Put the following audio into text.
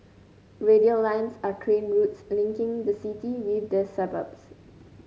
radial lines are train routes linking the city with the suburbs